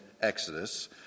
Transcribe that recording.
Exodus